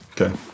Okay